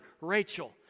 Rachel